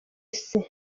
isi